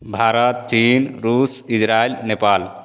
भारत चीन रूस इजराइल नेपाल